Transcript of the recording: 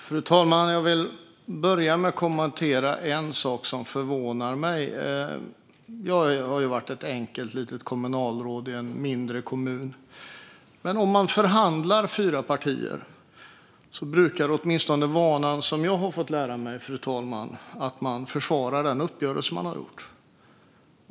Fru talman! Jag vill börja med att kommentera en sak som förvånar mig. Jag har varit ett enkelt litet kommunalråd i en mindre kommun. Om fyra partier har förhandlat brukar man, åtminstone som jag har fått lära mig, fru talman, ta för vana att försvara den uppgörelse som man har gjort.